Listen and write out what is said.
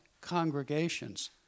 congregations